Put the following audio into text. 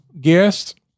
guest